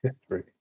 history